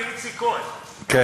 הנה איציק כהן,